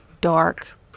dark